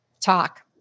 talk